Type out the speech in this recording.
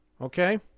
Okay